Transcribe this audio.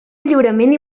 lliurement